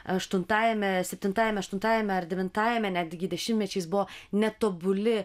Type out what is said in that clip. aštuntajame septintajame aštuntajame ar devintajame netgi dešimtmečiais buvo netobuli